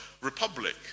Republic